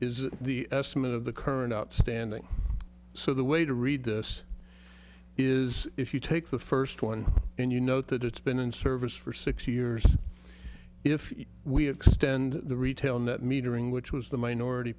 is the estimate of the current outstanding so the way to read this is if you take the first one and you note that it's been in service for six years if we extend the retail net metering which was the minority